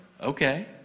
okay